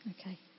Okay